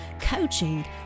coaching